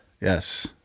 Yes